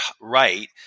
right